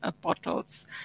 bottles